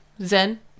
Zen